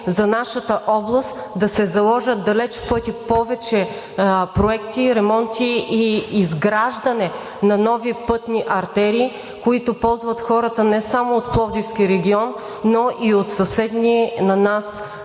за нашата област да се заложат далеч в пъти повече проекти и ремонти, и изграждане на нови пътни артерии, които ползват хората не само от Пловдивския регион, но и от съседни на нас